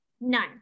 None